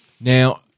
Now –